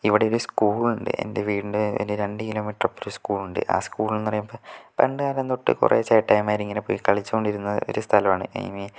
ഇവിടെ ഒരു സ്കൂൾ ഉണ്ട് എൻ്റെ വീടിൻ്റെ രണ്ട് കിലോമീറ്റർ അപ്പുറം ഒരു സ്കൂൾ ഉണ്ട് ആ സ്കൂൾ എന്ന് പറയുമ്പം പണ്ടുകാലം തൊട്ട് കുറെ ചേട്ടായിമാര് ഇങ്ങനെ പോയി കളിച്ചുകൊണ്ടിരുന്ന ഒരു സ്ഥലമാണ് ഐ മീൻ